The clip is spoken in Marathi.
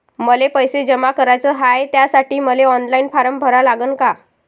मले पैसे जमा कराच हाय, त्यासाठी मले ऑनलाईन फारम भरा लागन का?